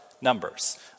numbers